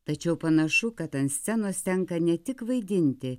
tačiau panašu kad ant scenos tenka ne tik vaidinti